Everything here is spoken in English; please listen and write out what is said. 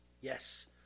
Yes